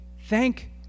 thank